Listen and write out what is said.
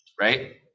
Right